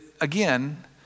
again